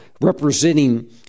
representing